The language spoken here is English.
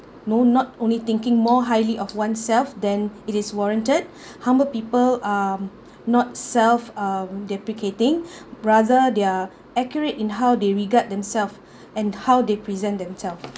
no not only thinking more highly of oneself than it is warranted humble people are not self um deprecating brother they're accurate in how they regard themselves and how they present themselves